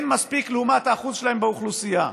אין מספיק לעומת האחוז שלהם באוכלוסייה,